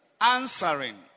answering